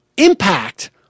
impact